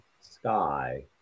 sky